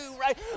right